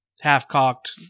half-cocked